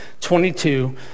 22